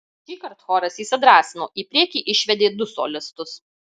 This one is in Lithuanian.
šįkart choras įsidrąsino į priekį išvedė du solistus